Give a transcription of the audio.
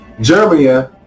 Germany